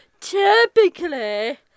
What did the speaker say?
typically